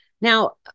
Now